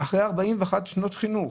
אחרי 41 שנות חינוך.